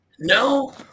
No